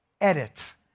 edit